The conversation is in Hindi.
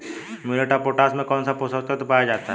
म्यूरेट ऑफ पोटाश में कौन सा पोषक तत्व पाया जाता है?